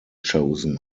chosen